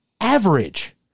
average